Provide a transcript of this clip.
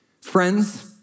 Friends